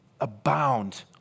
Abound